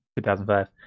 2005